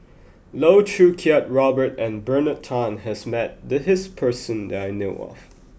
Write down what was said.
Loh Choo Kiat Robert and Bernard Tan has met this person that I know of